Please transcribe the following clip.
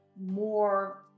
more